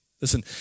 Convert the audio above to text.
Listen